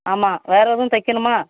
ஆமாம் வேறு எதுவும் தைக்கணுமா